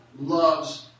loves